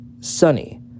Sunny